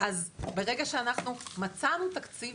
אז ברגע שמצאנו תקציב,